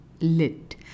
Lit